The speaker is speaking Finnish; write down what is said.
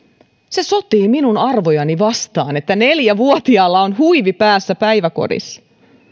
se sotii minun arvojani vastaan että neljävuotiaalla on huivi päässä päiväkodissa